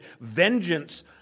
vengeance